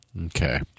Okay